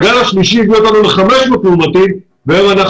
הגל השלישי הביא אותנו ל-500 מאומתים והיום אנחנו